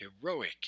Heroic